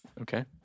Okay